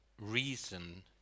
reason